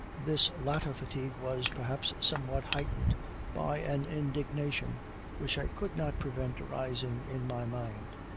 this latter fatigue was, perhaps, somewhat heightened by an indignation which i could not prevent arising in my mind.